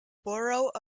borough